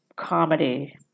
comedy